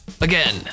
Again